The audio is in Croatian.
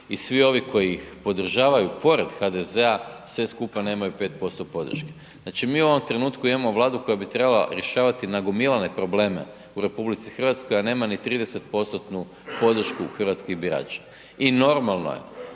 i svi oni koji ih podržavaju pored HDZ-a sve skupa nemaju 5% podrške. Znači mi u ovom trenutku imamo Vladu koja bi trebala rješavati nagomilane probleme u RH, a nema ni 30% podršku hrvatskih birača. I normalno je